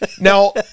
Now